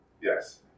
Yes